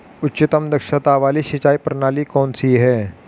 उच्चतम दक्षता वाली सिंचाई प्रणाली कौन सी है?